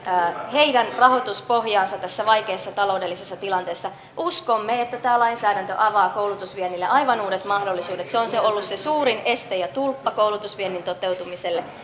heidän rahoituspohjaansa tässä vaikeassa taloudellisessa tilanteessa uskomme että tämä lainsäädäntö avaa koulutusviennille aivan uudet mahdollisuudet se on ollut se suurin este ja tulppa koulutusviennin toteutumiselle